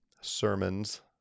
sermons